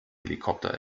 helikopter